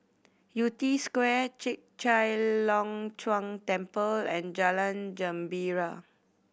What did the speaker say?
Yew Tee Square Chek Chai Long Chuen Temple and Jalan Gembira